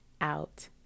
out